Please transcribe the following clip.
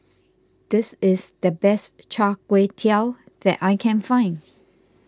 this is the best Char Kway Teow that I can find